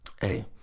hey